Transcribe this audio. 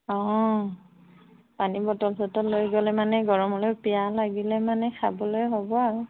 অঁ পানী বটল চটল লৈ গ'লে মানে গৰমলৈ পিয়াহ লাগিলে মানে খাবলৈ হ'ব আৰু